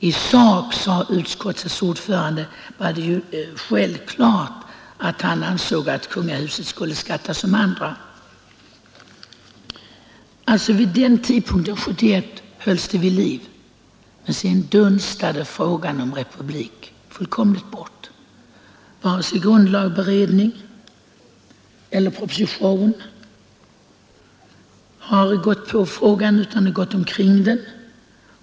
I sak, sade utskottets ordförande, var det ju självklart att han ansåg att kungahuset skulle skatta som andra. Vid den tidpunkten, alltså 1971, hölls frågan om republik vid liv, men sedan tynade den fullkomligt bort. Varken grundlagberedningen eller propositionen har tagit itu med frågan utan gått omkring den.